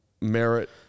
merit